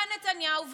בא נתניהו ואמר: